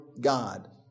God